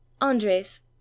andres